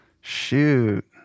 Shoot